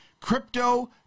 crypto